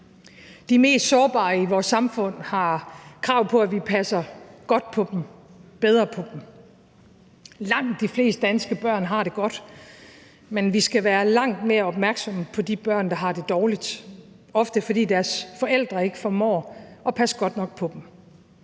De mest sårbare i vores samfund har krav på, at vi passer bedre på dem. Langt de fleste danske børn har det godt, men vi skal være langt mere opmærksomme på de børn, der har det dårligt, ofte fordi deres forældre ikke formår at passe godt nok på dem.